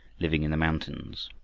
living in the mountains.